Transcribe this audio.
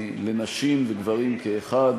לנשים ולגברים כאחד